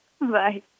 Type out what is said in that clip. Bye